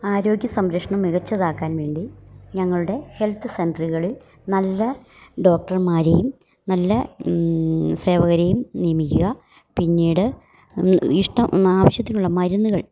ആരോഗ്യ സംരക്ഷണം മികച്ചതാക്കാൻ വേണ്ടി ഞങ്ങളുടെ ഹെൽത്ത് സെൻററുകളിൽ നല്ല ഡോക്ടർമാരെയും നല്ല സേവകരെയും നിയമിക്കുക പിന്നീട് ഇഷ്ടം ആവശ്യത്തിനുള്ള മരുന്നുകൾ